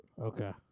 Okay